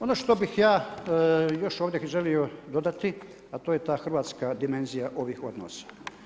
Ono što bih ja još ovdje želio dodati, a to je ta hrvatska dimenzija ovih odnosa.